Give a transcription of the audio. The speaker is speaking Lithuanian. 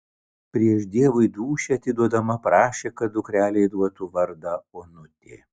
prieš dievui dūšią atiduodama prašė kad dukrelei duotų vardą onutė